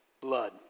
blood